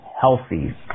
healthy